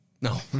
No